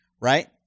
Right